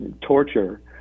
torture